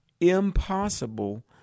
Impossible